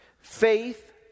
faith